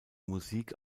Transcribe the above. musik